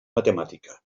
matemàtica